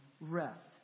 rest